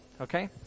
okay